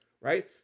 right